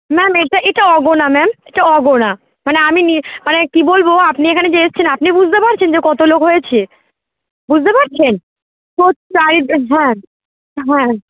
ma'am এটা এটা অগোনা ম্যাম এটা অগোনা মানে আমি মানে কী বলব আপনি এখানে যে এসেছেন আপনি বুঝতে পারছেন যে কত লোক হয়েছে বুঝতে পারছেন তো চারি হ্যাঁ হ্যাঁ